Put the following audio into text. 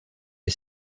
est